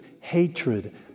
hatred